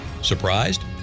Surprised